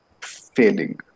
failing